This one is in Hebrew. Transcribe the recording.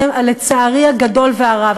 לצערי הגדול והרב,